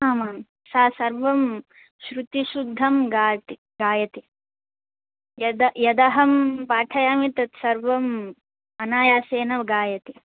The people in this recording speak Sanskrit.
आमां सा सर्वं श्रुतिशुद्धं गायति यदहं पाठयामि तत्सर्वम् अनायासेन गायति